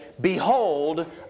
Behold